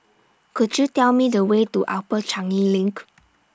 Could YOU Tell Me The Way to Upper Changi LINK